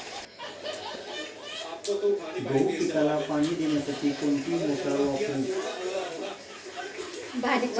Credit card गहाळ झाल्यास काय करावे?